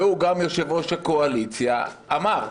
והוא גם יושב-ראש הקואליציה, אמר,